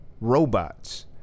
robots